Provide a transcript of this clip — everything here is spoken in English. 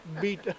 Beat